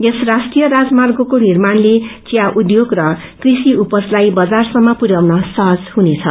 यस राष्ट्रिय राजर्मागको निमणिले विया उघ्योग र क्रषि उपजलाई बजारसम्म पुर्याउन सहज हुनेछ